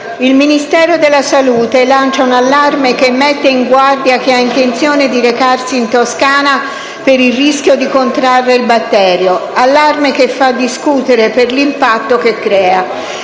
Il Ministero della salute lancia un allarme che mette in guardia chi ha intenzione di recarsi in Toscana per il rischio di contrarre il batterio, allarme che fa discutere per l'impatto che crea.